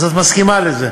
אז את מסכימה לזה?